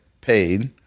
paid